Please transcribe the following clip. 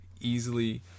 easily